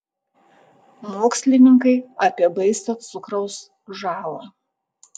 mokslininkai apie baisią cukraus žalą